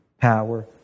power